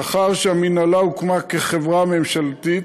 מאחר שהמינהלה הוקמה כחברה ממשלתית,